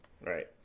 right